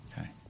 Okay